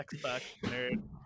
nerd